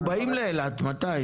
אנחנו באים לאילת מתי?